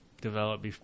developed